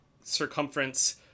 circumference